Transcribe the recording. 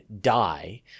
die